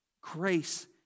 grace